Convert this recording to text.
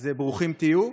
אז ברוכים תהיו.